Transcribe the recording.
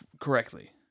correctly